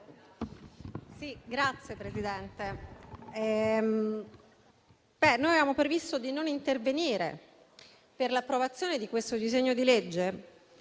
Signora Presidente, noi avevamo previsto di non intervenire nell'approvazione di questo disegno di legge,